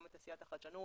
גם בתעשיית החדשנות,